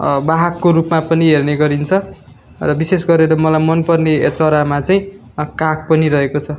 वाहकको रूमा पनि हेर्ने गरिन्छ र विशेष गरेर मलाई मनपर्ने ए चरामा चाहिँ काग पनि रहेको छ